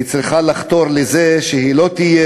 היא צריכה לחתור לזה שהיא לא תהיה